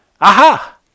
Aha